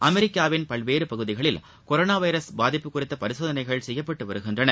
அமெரிக்காவின் பல்வேறு பகுதிகளில் கொரோனா வைரஸ் பாதிப்பு குறித்த பரிசோதனைகள் செய்யப்பட்டு வருகின்றன